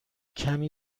کمی